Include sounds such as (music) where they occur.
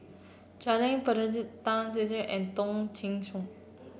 Janil (unintelligible) Tan (unintelligible) and Ong Teng Koon